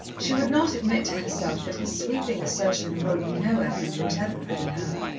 she would not admit to herself that his sweeping assertion awoke no echo whatever within her.